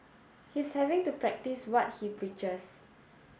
he's having to practice what he preaches